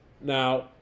Now